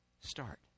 start